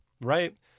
right